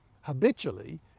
habitually